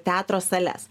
teatro sales